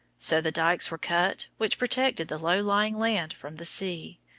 so the dykes were cut which protected the low-lying land from the sea,